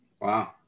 Wow